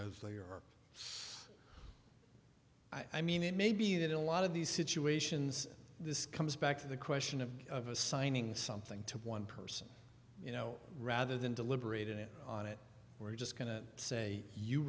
as they are so i mean it may be that in a lot of these situations this comes back to the question of of assigning something to one person you know rather than deliberating on it we're just going to say you